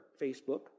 Facebook